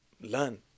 learn